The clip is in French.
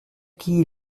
qui